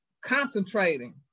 concentrating